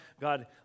God